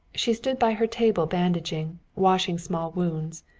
she stood by her table bandaging, washing small wounds,